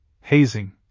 hazing